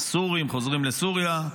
הסורים חוזרים לסוריה,